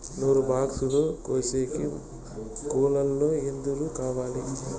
నూరు బాక్సులు కోసేకి కూలోల్లు ఎందరు కావాలి?